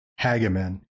Hageman